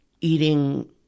eating